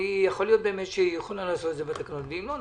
יכול להיות שהיא יכולה לעשות את זה בתקנות ואם לא,